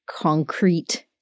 concrete